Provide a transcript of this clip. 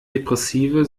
depressive